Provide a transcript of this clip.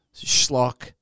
schlock